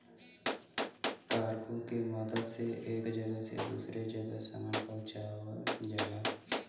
cargo के मदद से एक जगह से दूसरे जगह सामान पहुँचावल जाला